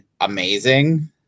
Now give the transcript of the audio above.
amazing